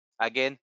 again